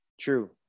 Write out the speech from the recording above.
true